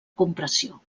compressió